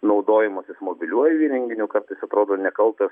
naudojimasis mobiliuoju įrenginiu kartais atrodo nekaltas